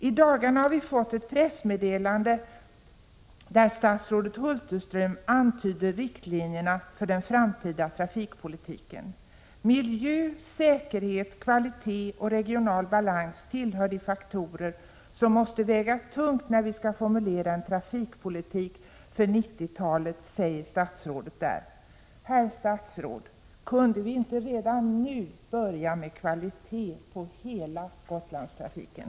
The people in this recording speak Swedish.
I dagarna har vi fått ett pressmeddelande där statsrådet Hulterström antyder riktlinjerna för den framtida trafikpolitiken. ”Miljö, säkerhet, kvalitet och regional balans tillhör de faktorer som måste väga tungt när vi skall formulera en trafikpolitik för 90-talet”, säger statsrådet där. Herr statsråd! Kunde vi inte redan nu börja med kvalitet i hela Gotlandstrafiken?